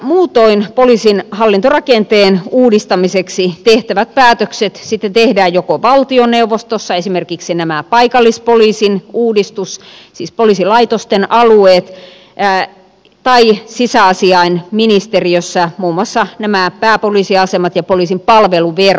muutoin poliisin hallintorakenteen uudistamiseksi tehtävät päätökset sitten tehdään joko valtioneuvostossa esimerkiksi paikallispoliisin uudistus siis poliisilaitosten alueet tai sisäasiainministeriössä muun muassa pääpoliisiasemat ja poliisin palveluverkosto